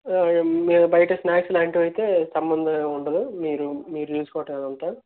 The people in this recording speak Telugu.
బయట స్నాక్స్ లాంటివైతే సంబంధం ఉండదు మీరు మీరు చేసుకోవటమే ఏమన్నా ఉంటే